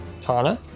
Tana